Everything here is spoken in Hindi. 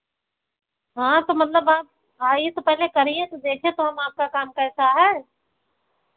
हाँ तो मतलब आप आइए तो पहले करिए तो देखें तो हम आपका काम कैसा है